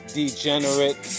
degenerate